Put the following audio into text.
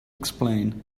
explain